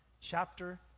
chapter